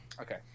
Okay